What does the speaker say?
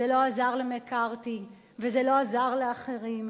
זה לא עזר למקארתי וזה לא עזר לאחרים,